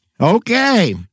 Okay